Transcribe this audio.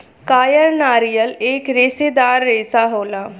कायर नारियल एक रेसेदार रेसा होला